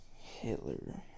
Hitler